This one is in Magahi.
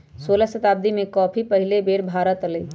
सोलह शताब्दी में कॉफी पहिल बेर भारत आलय